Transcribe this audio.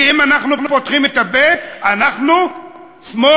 כי אם אנחנו פותחים את הפה אנחנו שמאל.